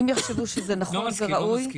אם יחשבו שזה נכון וראוי --- לא מסכים,